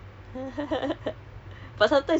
I think kecoh ah